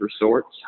Resorts